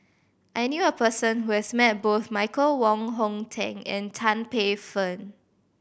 I knew a person who has met both Michael Wong Hong Teng and Tan Paey Fern